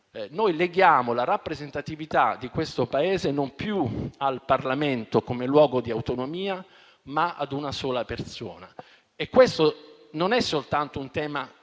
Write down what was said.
Noi leghiamo la rappresentatività di questo Paese non più al Parlamento come luogo di autonomia, ma ad una sola persona. Questo non è soltanto un tema